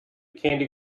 candy